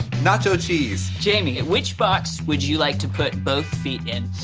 nacho cheese. jayme, which box would you like to put both feet in?